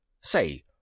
Say